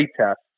test